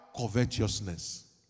Covetousness